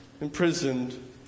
imprisoned